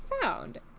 found